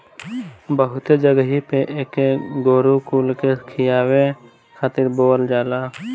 बहुते जगही पे एके गोरु कुल के खियावे खातिर बोअल जाला